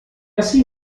assim